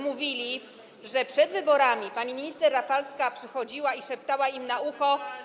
mówili, że przed wyborami pani minister Rafalska przychodziła i szeptała im na ucho.